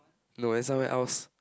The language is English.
no then somewhere else